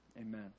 amen